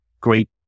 great